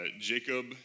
Jacob